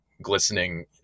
glistening